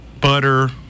butter